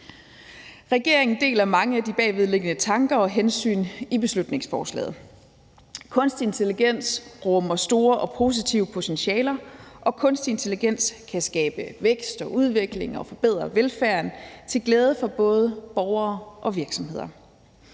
Regeringen deler mange af de bagvedliggende tanker og hensyn i beslutningsforslaget. Kunstig intelligens rummer store og positive potentialer, og kunstig intelligens kan skabe vækst og udvikling og forbedre velfærden til glæde for både borgere og virksomheder.